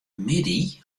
middei